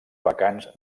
vacants